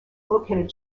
located